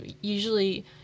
usually